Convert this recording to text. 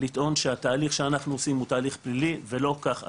לטעון שהתהליך שאנחנו עושים הוא תהליך פלילי ולא כך הדבר.